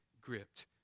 gripped